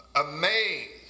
amazed